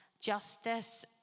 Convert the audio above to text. Justice